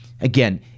again